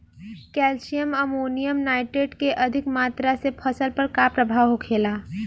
Calcium ammonium nitrate के अधिक मात्रा से फसल पर का प्रभाव होखेला?